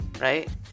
Right